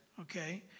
okay